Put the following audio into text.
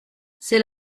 c’est